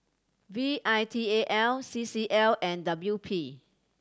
V I T A L C C L and W P